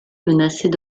menaçaient